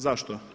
Zašto?